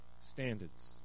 standards